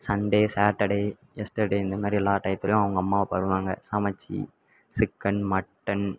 Sunday Saturday yesterday இந்தமாதிரி எல்லா டையத்துலேயும் அவங்க அம்மா அப்பா வருவாங்க சமைத்து சிக்கன் மட்டன்